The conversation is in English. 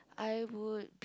I would be